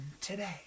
today